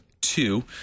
two